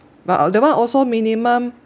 but uh that one also minimum